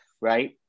Right